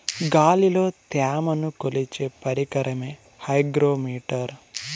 గాలిలో త్యమను కొలిచే పరికరమే హైగ్రో మిటర్